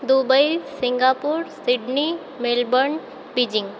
Dubai Singapore Sydney Melbourne Beijing